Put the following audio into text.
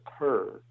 occur